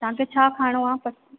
तव्हांखे छा खाइणो आहे